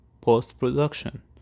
post-production